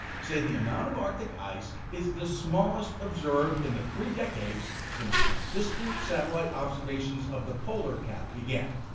say the amount of arctic ice is the smallest observed in the three decades since consistent satellite observations of the polar cap began.